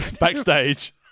backstage